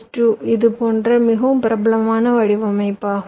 GDS2 இது போன்ற மிகவும் பிரபலமான வடிவமைப்பாகும்